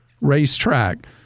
Racetrack